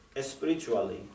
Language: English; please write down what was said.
spiritually